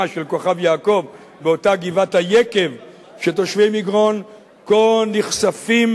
של כוכב-יעקב באותה גבעת-היקב שתושבי מגרון כה נכספים,